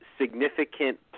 significant